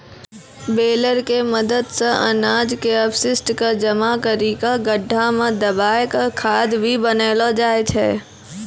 baler के मदद सॅ अनाज के अपशिष्ट क जमा करी कॅ गड्ढा मॅ दबाय क खाद भी बनैलो जाय छै